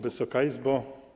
Wysoka Izbo!